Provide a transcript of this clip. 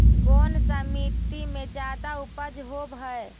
कोन सा मिट्टी मे ज्यादा उपज होबहय?